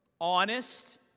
Honest